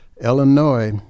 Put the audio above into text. Illinois